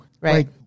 right